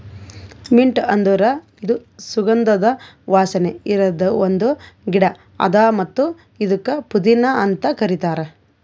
mint ಅಂದುರ್ ಇದು ಸುಗಂಧದ ವಾಸನೆ ಇರದ್ ಒಂದ್ ಗಿಡ ಅದಾ ಮತ್ತ ಇದುಕ್ ಪುದೀನಾ ಅಂತ್ ಕರಿತಾರ್